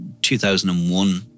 2001